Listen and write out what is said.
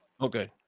Okay